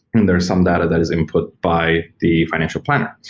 and there's some data that is input by the financial planner.